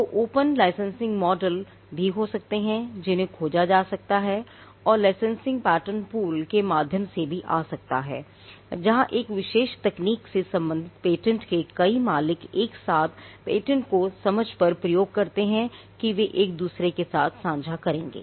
तो open licensing model भी हो सकते हैं जिन्हें खोजा जा सकता है और लाइसेंसिंग पैटर्न पूलके माध्यम से भी आ सकता है जहां एक विशेष तकनीक से संबंधित पेटेंट के कई मालिक एक साथ पैटर्न को एक समझ पर प्रयोग करते हैं कि वे इसे एक दूसरे के साथ साँझा करेंगे